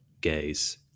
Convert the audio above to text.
gaze